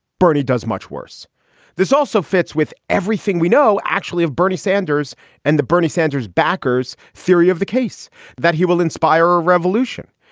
bernie does much worse this also fits with everything we know actually of bernie sanders and the bernie sanders backers theory of the case that he will inspire a revolution.